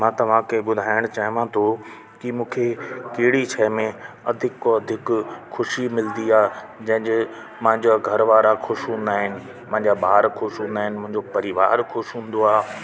मां तव्हांखे ॿुधायाण चाहियां थो की मूंखे कहिड़ी शइ में अधीक खां अधीक ख़ुशी मिलंदी आहे जंहिंजे मुंहिंजा घरवारा ख़ुशि हूंदा आहिनि मुंहिंजा ॿार ख़ुशि हूंदा आहिनि मुंहिंजो परिवार ख़ुशि हूंदो आहे